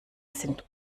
sind